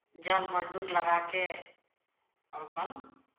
जन मजदूर लगा कऽ अपन